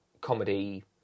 comedy